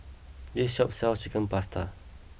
this shop sells Chicken Pasta